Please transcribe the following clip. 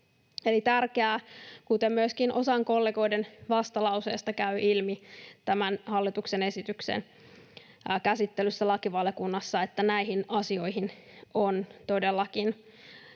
tärkeää on, kuten myöskin osan kollegoiden vastalauseesta käy ilmi tämän hallituksen esityksen käsittelyssä lakivaliokunnassa, että näihin asioihin on todellakin